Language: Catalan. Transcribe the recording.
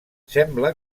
sembla